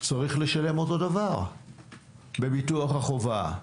צריך לשלם אותו דבר בביטוח החובה?